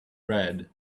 red